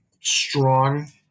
strong